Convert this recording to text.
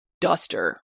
duster